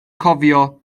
cofio